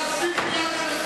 להפסיק מייד.